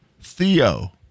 Theo